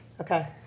Okay